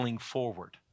forward